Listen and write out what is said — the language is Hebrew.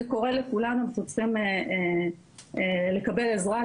זה קורה לכולנו --- לקבל עזרה,